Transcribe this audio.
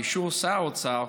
באישור שר האוצר,